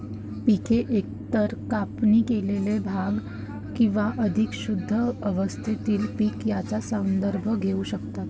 पिके एकतर कापणी केलेले भाग किंवा अधिक शुद्ध अवस्थेतील पीक यांचा संदर्भ घेऊ शकतात